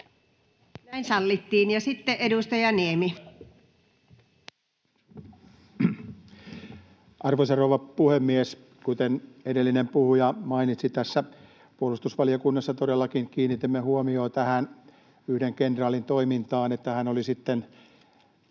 Näin sallittiin. — Ja sitten edustaja Niemi. Arvoisa rouva puhemies! Kuten edellinen puhuja mainitsi, puolustusvaliokunnassa todellakin kiinnitimme huomiota tähän yhden kenraalin toimintaan, että hän oli sitten